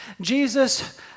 Jesus